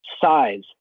size